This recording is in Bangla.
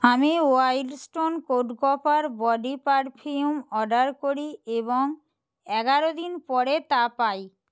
আমি wild stone code copper body perfume order করি এবং এগারো দিন পরে তা পাই